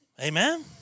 Amen